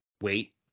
wait